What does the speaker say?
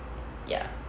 ya